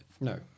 No